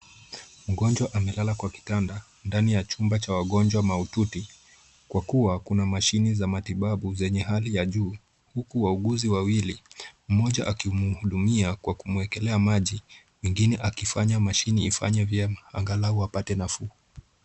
Mgonjwa amelala kwa kitanda ndani ya chumba cha wagonjwa mahututi kwa kuwa kuna machine za matibabu zenye hali ya juu huku, wauguzi wawili, mmoja akimhudumia kwa kumwekelea maji, mwingine akifanya machine ifanye vyema angalau apate nafuu.